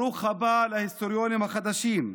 ברוך הבא להיסטוריונים החדשים.